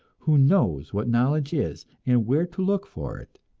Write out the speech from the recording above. who knows what knowledge is and where to look for it,